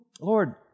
Lord